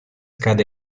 cade